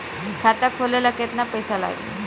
खाता खोले ला केतना पइसा लागी?